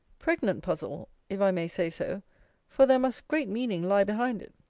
pregnant puzzle, if i may say so for there must great meaning lie behind it.